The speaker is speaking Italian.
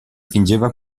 fingeva